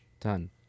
done